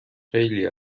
خیلی